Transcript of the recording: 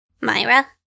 Myra